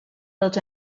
built